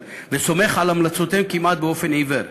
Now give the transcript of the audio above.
וסומך על המלצותיהם כמעט באופן עיוור.